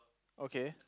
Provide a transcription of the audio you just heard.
okay